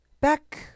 back